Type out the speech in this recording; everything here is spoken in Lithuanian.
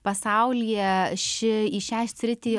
pasaulyje ši į šią sritį